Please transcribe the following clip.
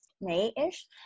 May-ish